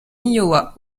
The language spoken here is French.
iowa